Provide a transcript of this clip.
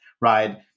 right